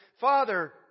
Father